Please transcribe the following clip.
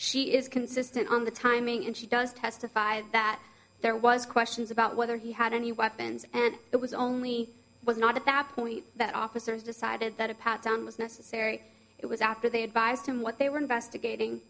she is consistent on the timing and she does testify that there was questions about whether he had any weapons and it was only was not at that point that officers decided that a pat down was necessary it was after they advised him what they were investigating